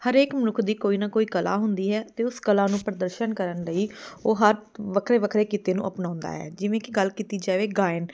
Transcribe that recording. ਹਰੇਕ ਮਨੁੱਖ ਦੀ ਕੋਈ ਨਾ ਕੋਈ ਕਲਾ ਹੁੰਦੀ ਹੈ ਅਤੇ ਉਸ ਕਲਾ ਨੂੰ ਪ੍ਰਦਰਸ਼ਨ ਕਰਨ ਲਈ ਉਹ ਹਰ ਵੱਖਰੇ ਵੱਖਰੇ ਕਿੱਤੇ ਨੂੰ ਅਪਣਾਉਂਦਾ ਹੈ ਜਿਵੇਂ ਕਿ ਗੱਲ ਕੀਤੀ ਜਾਵੇ ਗਾਇਨ